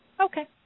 Okay